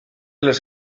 les